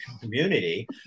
community